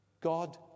God